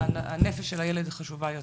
הנפש של הילד חשובה יותר.